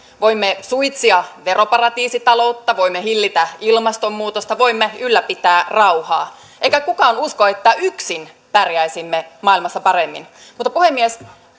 voimme suitsia veroparatiisitaloutta voimme hillitä ilmastonmuutosta voimme ylläpitää rauhaa ei kai kukaan usko että yksin pärjäisimme maailmassa paremmin mutta puhemies